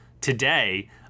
today